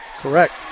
Correct